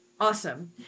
awesome